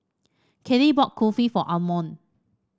Cade bought Kulfi for Almon